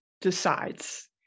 decides